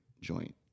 joint